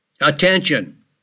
attention